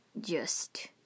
Just